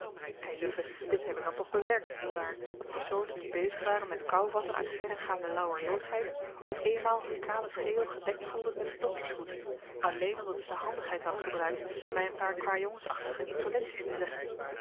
eilieve dit heb ik dan toch bewerkt niet waar dat personen die bezig waren met kouvatten uit verregaande lauwerloosheid op eenmaal hun kalen schedel gedekt voelden met den doktershoed alleen omdat ze de handigheid hadden gebruikt my n paar kwajongensachtige insolenties te zeggen